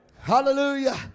hallelujah